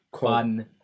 fun